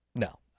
No